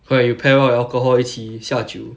!wah! you pair up with alcohol 一起下酒